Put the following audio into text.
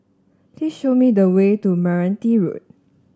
please show me the way to Meranti Road